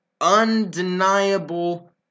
undeniable